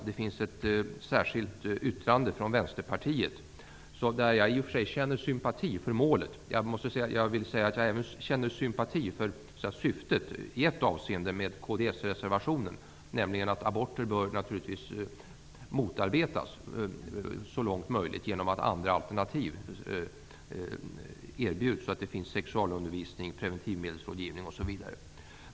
Det finns ett särskilt yttrande från Vänsterpartiet. Jag känner i och för sig sympati för målet med den. Jag känner även sympati för syftet med kdsreservationen i ett avseende, nämligen att aborter naturligtvis bör motarbetas så långt möjligt, genom att andra alternativ erbjuds och att det finns sexualundervisning, preventivmedelsrådgivning osv.